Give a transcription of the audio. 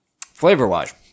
Flavor-wise